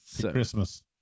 Christmas